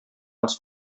als